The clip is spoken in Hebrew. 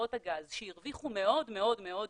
חברות הגז, שהרוויחו מאוד מאוד מאוד יפה,